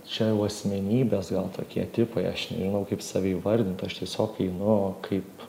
čia jau asmenybės gal tokie tipai aš nežinau kaip save įvardint aš tiesiog einu kaip